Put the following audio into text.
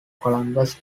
columbus